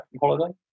holiday